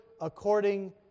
according